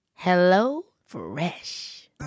HelloFresh